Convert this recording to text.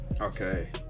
Okay